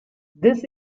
this